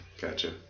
Gotcha